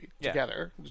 together